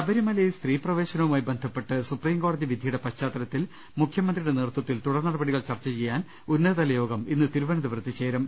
ശബരിമലയിൽ സ്ത്രീപ്രവേശനവുമായി ബന്ധപ്പെട്ട് സുപ്രീംകോടതി വിധിയുടെ പശ്ചാത്തലത്തിൽ മുഖ്യമന്ത്രിയുടെ നേതൃത്പത്തിൽ തുടർനടപടികൾ ചർച്ച ചെയ്യാൻ ഉന്നതതലയോഗം ഇന്ന് തിരുവനന്തപുരത്ത് ചേരും